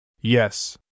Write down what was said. Yes